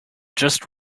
just